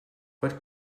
what